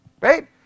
right